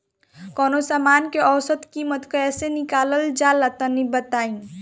कवनो समान के औसत कीमत कैसे निकालल जा ला तनी बताई?